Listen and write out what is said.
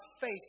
faith